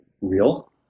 real